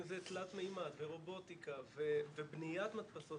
אם זה תלת מימד ורובוטיקה ובניית מדפסות